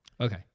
Okay